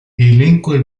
elenco